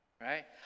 Right